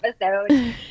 episode